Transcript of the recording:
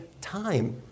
time